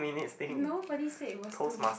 nobody said it was two